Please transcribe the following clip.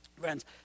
Friends